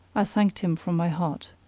i thanked him from my heart.